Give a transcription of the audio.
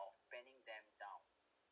of penning them down